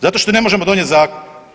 Zato što ne možemo donijeti zakon.